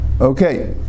Okay